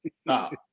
Stop